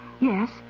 Yes